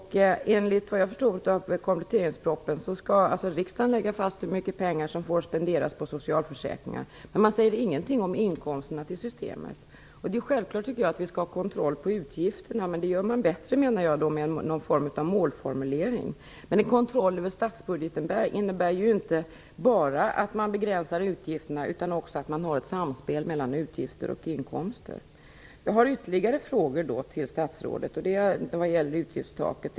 Enligt vad jag förstod av kompletteringspropositionen skall alltså riksdagen lägga fast hur mycket pengar som får spenderas på socialförsäkringar. Men man säger ingenting om inkomsterna. Det är självklart att vi skall ha kontroll på utgifterna. Men det gör man bättre med någon form av målformulering. Men en kontroll över statsbudgeten innebär inte bara att man begränsar utgifterna utan också att man når ett samspel mellan utgifter och inkomster. Jag har ytterligare några frågor till statsrådet vad gäller utgiftstaket.